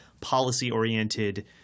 policy-oriented